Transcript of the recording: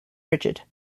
rigid